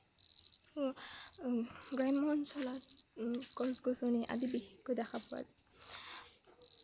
গ্ৰাম্য অঞ্চলত গছ গছনি আদি বিশেষকৈ দেখা পোৱা যায়